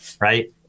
right